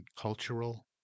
cultural